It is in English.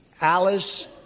Alice